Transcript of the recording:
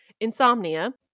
insomnia